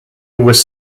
was